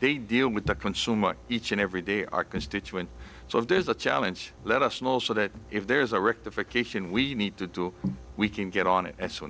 they deal with the consumer each and every day our constituents so if there is a challenge let us know so that if there is a rectification we need to do we can get on it as soon